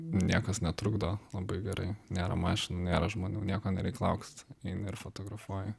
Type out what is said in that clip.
niekas netrukdo labai gerai nėra mašinų nėra žmonų nieko nereik laukt eini ir fotografuoji